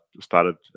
started